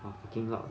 ah booking out